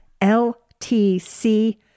L-T-C-